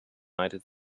united